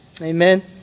Amen